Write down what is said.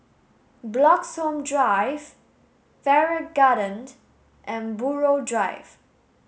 Bloxhome Drive Farrer Garden and Buroh Drive